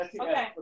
Okay